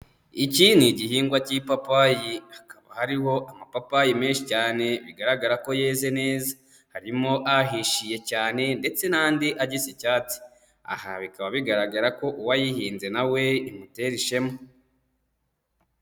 Iki ni igihingwa cy'ipapayi. Hakaba hariho amapapayi menshi cyane, bigaragara ko yeze neza. Harimo ahishiye cyane, ndetse n'andi agisa icyatsi. Aha bikaba bigaragara ko uwayihinze nawe imutera ishema.